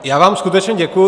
Já vám skutečně děkuji.